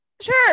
Sure